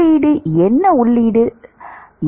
உள்ளீடு என்ன உள்ளீடு என்ன